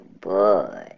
boy